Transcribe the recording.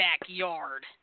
backyard